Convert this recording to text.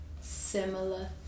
similar